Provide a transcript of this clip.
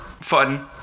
fun